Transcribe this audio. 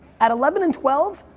at eleven and twelve,